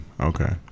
Okay